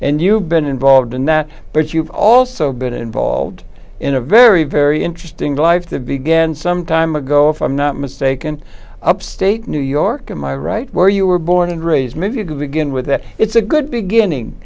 and you've been involved in that but you've also been involved in a very very interesting life to began some time ago if i'm not mistaken upstate new york and my right where you were born and raised maybe to begin with that it's a good beginning